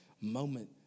moment